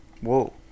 Whoa